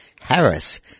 Harris